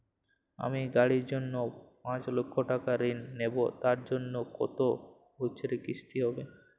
আমি গাড়ির জন্য পাঁচ লক্ষ টাকা ঋণ নেবো তার জন্য কতো বছরের কিস্তি হবে?